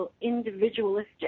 individualistic